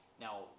Now